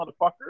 motherfucker